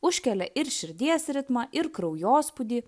užkelia ir širdies ritmą ir kraujospūdį